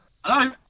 Hello